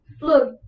look